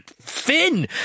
Finn